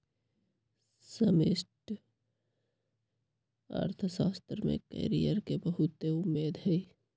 समष्टि अर्थशास्त्र में कैरियर के बहुते उम्मेद हइ